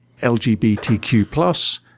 LGBTQ+